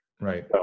Right